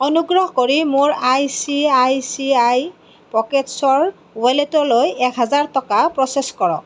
অনুগ্ৰহ কৰি মোৰ I C I C I পকেটছৰ ৱালেটলৈ এক হাজাৰ টকা প্ৰ'চেছ কৰক